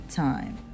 time